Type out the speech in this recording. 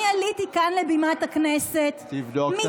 תבדוק.